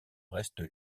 reste